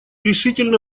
решительно